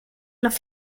las